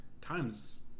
times